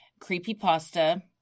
creepypasta